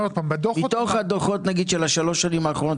מתוך הדוחות נגיד של שלוש השנים האחרונות,